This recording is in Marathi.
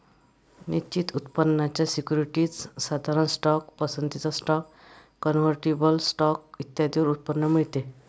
निश्चित उत्पन्नाच्या सिक्युरिटीज, साधारण स्टॉक, पसंतीचा स्टॉक, कन्व्हर्टिबल स्टॉक इत्यादींवर उत्पन्न मिळते